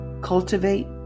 cultivate